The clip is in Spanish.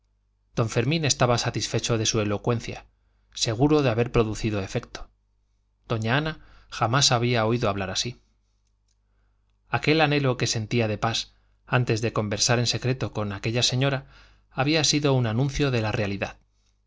don fermín estaba satisfecho de su elocuencia seguro de haber producido efecto doña ana jamás había oído hablar así aquel anhelo que sentía de pas antes de conversar en secreto con aquella señora había sido un anuncio de la realidad